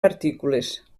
partícules